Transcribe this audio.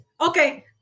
okay